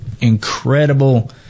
incredible